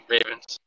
Ravens